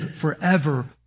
forever